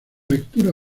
lectura